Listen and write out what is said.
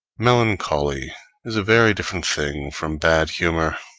melancholy is a very different thing from bad humor,